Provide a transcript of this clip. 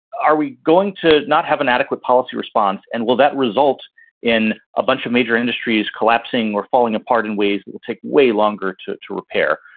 are we going to not have an adequate policy response? and will that result in a bunch of major industries collapsing or falling apart in ways that take way longer to to repair?